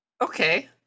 Okay